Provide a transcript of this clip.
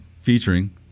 featuring